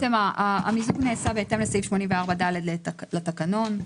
המיזוג נעשה בהתאם לסעיף 84ד לתקנון.